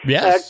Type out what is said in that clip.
Yes